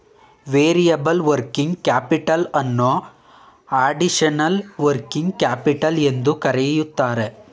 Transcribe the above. variable working capital ಅನ್ನೋ additional working capital ಎಂದು ಕರಿತರೆ